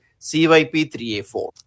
CYP3A4